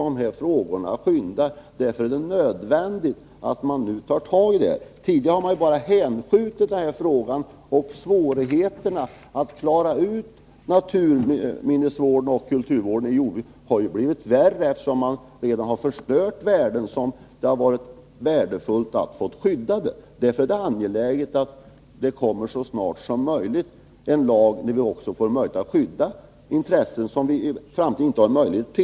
Det är nödvändigt att nu ta tag i dessa frågor. Tidigare har man bara hänskjutit dem. Svårigheterna att beakta naturvården och kulturminnesvården i jordbruket har blivit värre, eftersom man redan har förstört värden som det varit angeläget att få skyddade. Därför är det nödvändigt med en lag, som gör det möjligt att skydda sådana intressen.